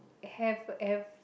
have have